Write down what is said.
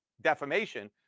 defamation